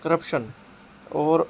corruption اور